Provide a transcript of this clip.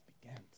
begins